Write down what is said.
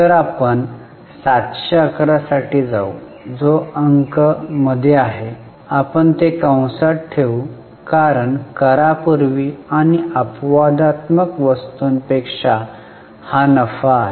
तर आपण 711 साठी जाऊ जो अंक मध्ये आहे आपण ते कंसात ठेवू कारण करापूर्वी आणि अपवादात्मक वस्तूंपेक्षा हा नफा आहे